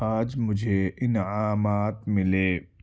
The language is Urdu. آج مجھے انعامات ملے